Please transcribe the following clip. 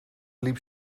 liep